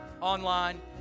Online